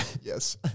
Yes